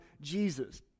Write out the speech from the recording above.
Jesus